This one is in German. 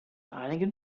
einigen